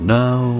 now